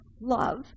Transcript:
love